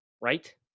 right